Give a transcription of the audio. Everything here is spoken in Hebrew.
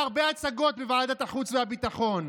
שעשה הרבה הצגות בוועדת החוץ והביטחון,